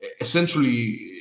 essentially